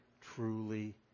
truly